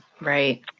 Right